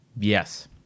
Yes